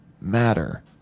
matter